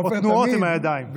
הוא עושה תנועות בידיים.